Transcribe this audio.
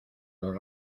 los